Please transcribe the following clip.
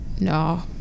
no